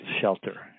shelter